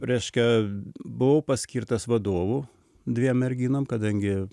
reiškia buvau paskirtas vadovu dviem merginom kadangi